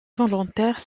volontaires